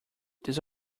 this